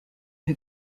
who